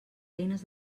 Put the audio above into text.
eines